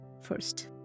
First